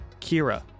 Kira